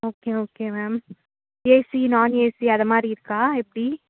okay okay ma'am AC non AC அது மாதிரி இருக்கா எப்படி